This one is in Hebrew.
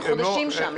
הם חודשים שם,